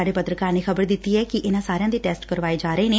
ਸਾਡੇ ਪੱਤਰਕਾਰ ਨੇ ਖ਼ਬਰ ਦਿੱਤੀ ਐ ਕਿ ਇਨੂਾਂ ਸਾਰਿਆਂ ਦੇ ਟੈਸਟ ਕਰਵਾਏ ਜਾ ਰਹੇ ਨੇ